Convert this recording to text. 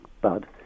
bud